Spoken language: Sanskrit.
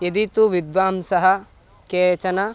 यदि तु विद्वांसः केचन